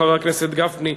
חבר הכנסת גפני,